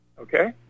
Okay